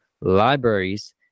libraries